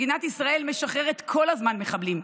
מדינת ישראל משחררת כל הזמן מחבלים,